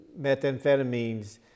methamphetamines